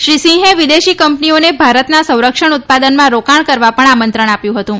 શ્રી સિંહે વિદેશી કંપનીઓને ભારતના સંરક્ષણ ઉત્પાદનમાં રોકાણ કરવા આમંત્રણ પણ આપ્યું હતું